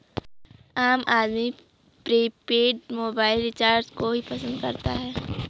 आम आदमी prepaid mobile recharge को ही पसंद करता है